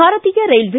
ಭಾರತೀಯ ರೈಲ್ವೆ